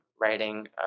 writing